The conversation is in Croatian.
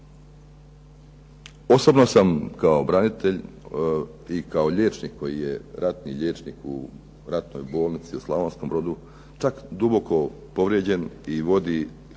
Osobno sam kao branitelj i kao liječnik koji je ratni liječnik u ratnoj bolnici u Slavonskom brodu čak duboko povrijeđen i onim